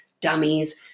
dummies